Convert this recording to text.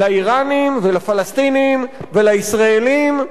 לאירנים ולפלסטינים ולישראלים.